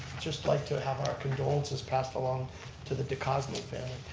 just like to have our condolences passed along to the decozni family.